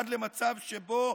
עד למצב שבו,